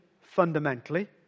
fundamentally